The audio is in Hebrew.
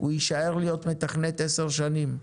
הוא יישאר להיות מתכנת עשר שנים,